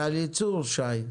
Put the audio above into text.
זה על ייצור, שי.